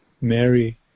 Mary